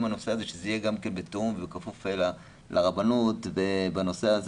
בנושא הזה שזה יהיה גם כן בתיאום ובכפוף לרבנות בנושא הזה